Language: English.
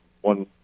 one